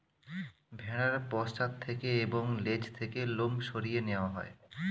ভেড়ার পশ্চাৎ থেকে এবং লেজ থেকে লোম সরিয়ে নেওয়া হয়